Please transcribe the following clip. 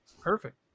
Perfect